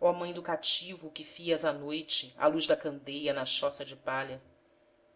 ó mãe do cativo que fias à noite à luz da candeia na choça de palha